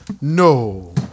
No